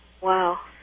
Wow